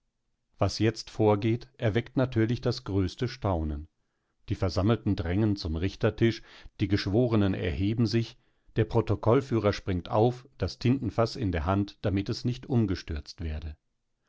was jetzt vorgeht erweckt natürlich das größte staunen die versammelten drängen zum richtertisch die geschworenen erheben sich der protokollführer springt auf das tintenfaß in der hand damit es nicht umgestürzt werde